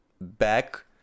back